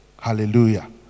Hallelujah